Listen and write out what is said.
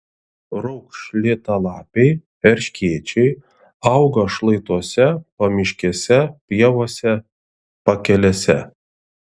raukšlėtalapiai erškėčiai auga šlaituose pamiškėse pievose pakelėse